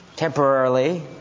Temporarily